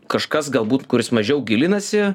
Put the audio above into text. kažkas galbūt kuris mažiau gilinasi